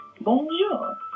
Bonjour